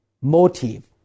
motive